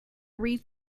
read